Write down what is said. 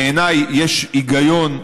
בעיניי יש היגיון,